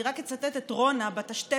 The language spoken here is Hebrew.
אני רק אצטט את רונה בת ה-12,